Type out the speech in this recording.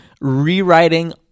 rewriting